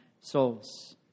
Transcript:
souls